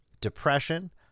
depression